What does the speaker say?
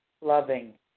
loving